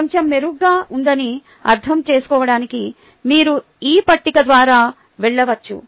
కొంచెం మెరుగ్గా ఉందని అర్థం చేసుకోవడానికి మీరు ఈ పట్టిక ద్వారా వెళ్ళవచ్చు